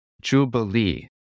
Jubilee